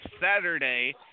Saturday